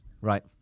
right